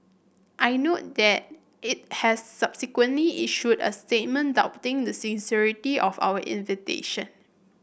I note that it has subsequently issued a statement doubting the sincerity of our invitation